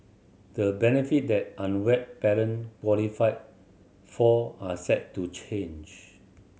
the benefit that unwed parent qualify for are set to change